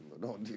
No